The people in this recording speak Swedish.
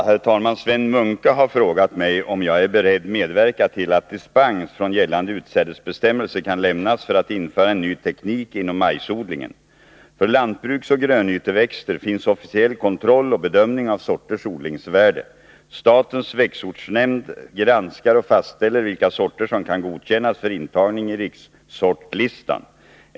Herr talman! Sven Munke har frågat mig om jag är beredd medverka till att dispens från gällande utsädesbestämmelser kan lämnas för att införa en ny teknik inom majsodlingen. För lantbruksoch grönyteväxter finns officiell kontroll och bedömning av sorters odlingsvärde. Statens växtsortnämnd granskar och fastställer vilka sorter som kan godkännas för intagning i rikssortlistan.